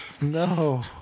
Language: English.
No